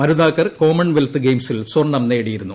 Manu Bhaker commonwealth ഗെയിംസിൽ സ്വർണ്ണം നേടിയിരുന്നു